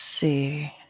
see